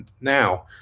now